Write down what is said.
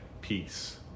peace